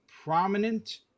prominent